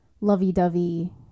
lovey-dovey